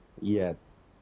Yes